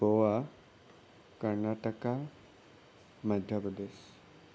Goa Karnataka Madhya Pradesh